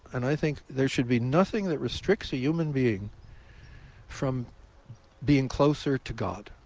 and i think there should be nothing that restricts a human being from being closer to god.